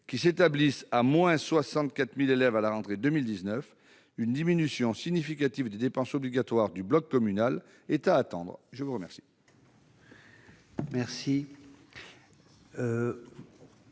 qui anticipent une baisse de 64 000 élèves à la rentrée 2019, une diminution significative des dépenses obligatoires du bloc communal est à attendre. La parole